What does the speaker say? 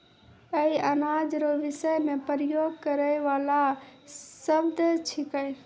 ई अनाज रो विषय मे प्रयोग करै वाला शब्द छिकै